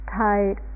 tight